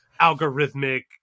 algorithmic